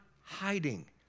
hiding